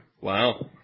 Wow